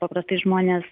paprastai žmonės